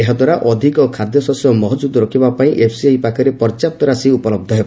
ଏହାଦ୍ୱାରା ଅଧିକ ଖାଦ୍ୟଶସ୍ୟ ମହକ୍ରଦ୍ ରଖିବାପାଇଁ ଏଫ୍ସିଆଇ ପାଖରେ ପର୍ଯ୍ୟାପ୍ତ ରାଶି ଉପଲହ୍ଧ ହେବ